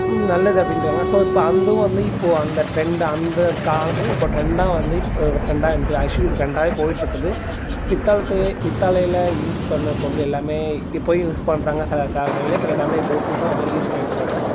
நல்லது அப்படின்றாங்க ஸோ அதுவும் வந்து இப்போ அந்த டிரெண்ட் அந்த காலத்துலருந்து இப்போ டிரெண்டாக வந்து இப்போ டிரெண்டாக வந்துவிட்டு ஆக்சுவலி இது டிரெண்டாவே போயிட்டுருக்குது பித்தளத்து பித்தளையில யூஸ் பண்ணப் பொருள் எல்லாமே இப்பையும் யூஸ் பண்ணுறாங்க சில ஃபேமிலியில சில ஃபேமிலியில இப்போ புதுசாகவும் வாங்கி யூஸ் பண்ணிகிட்டு இருக்காங்க